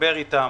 מדבר אתם.